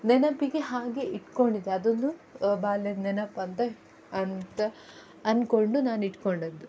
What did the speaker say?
ನೆನಪಿಗೆ ಹಾಗೆ ಇಟ್ಕೊಂಡಿದ್ದೆ ಅದನ್ನು ಬಾಲ್ಯದ ನೆನಪಂತ ಅಂತ ಅಂದ್ಕೊಂಡು ನಾನು ಇಟ್ಕೊಂಡದ್ದು